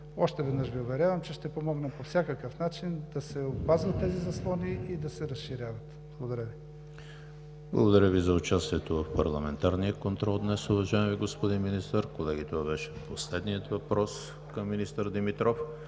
Още веднъж Ви уверявам, че ще помогна по всякакъв начин да се опазват тези заслони и да се разширяват. Благодаря Ви. ПРЕДСЕДАТЕЛ ЕМИЛ ХРИСТОВ: Благодаря Ви за участието в парламентарния контрол днес, уважаеми господин Министър. Колеги, това беше последният въпрос към министър Димитров.